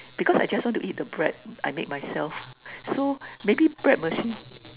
because I just want to eat the bread I make myself so maybe bread machine